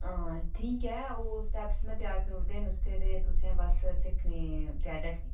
ठीक ऐ ओह् स्टैप्स में त्यार करी ओड़े दे न उसदे ते तुसें बस्स सिक्खनी त्यारी ऐ